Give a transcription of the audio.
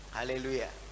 Hallelujah